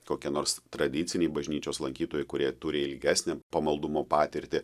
kokie nors tradiciniai bažnyčios lankytojai kurie turi ilgesnę pamaldumo patirtį